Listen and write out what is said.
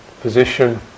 position